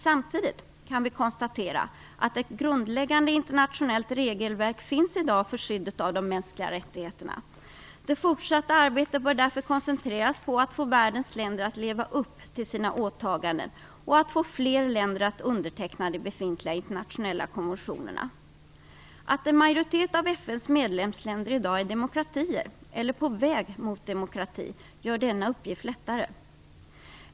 Samtidigt kan vi konstatera att ett grundläggande internationellt regelverk i dag finns för skyddet av de mänskliga rättigheterna. Det fortsatta arbetet bör därför koncentreras på att få världens länder att leva upp till sina åtaganden och att få fler länder att underteckna de befintliga internationella konventionerna. Att en majoritet av FN:s medlemsländer i dag är demokratier eller på väg mot demokrati gör denna uppgift lättare.